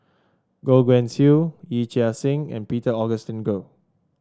Goh Guan Siew Yee Chia Hsing and Peter Augustine Goh